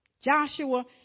Joshua